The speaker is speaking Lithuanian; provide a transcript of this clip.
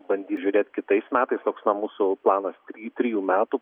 bandyt žiūrėt kitais metais toks na mūsų planas iki trijų metų